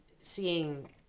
seeing